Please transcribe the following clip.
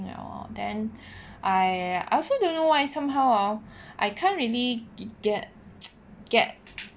liao lor then I also don't know why somehow I can't really get get get